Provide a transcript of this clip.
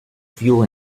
fuel